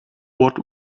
what